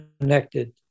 connected